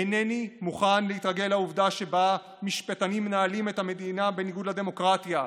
אינני מוכן להתרגל לעובדה שמשפטנים מנהלים את המדינה בניגוד לדמוקרטיה.